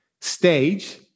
stage